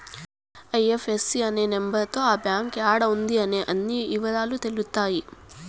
IFSC number తో ఆ bank యాడా ఉంది అనే అన్ని ఇవరాలు తెలుత్తాయి